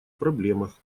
проблемах